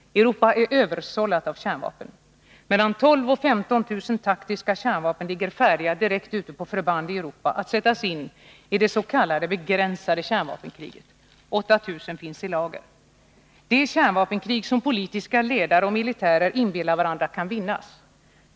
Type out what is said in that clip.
Europa är översållat av kärnvapen. Mellan 12 000 och 15 000 taktiska kärnvapen ligger färdiga direkt ute på förband i Europa att sättas in i dets.k. begränsade kärnvapenkriget — 8 000 finns i lager. Det kärnvapenkrig som politiska ledare och militärer inbillar varandra kan vinnas!